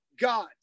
God